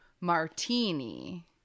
martini